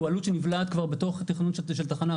הוא עלות שנבלעת כבר בתוך התכנון של תחנה,